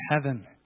heaven